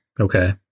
Okay